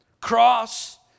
cross